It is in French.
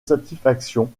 satisfaction